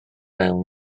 mewn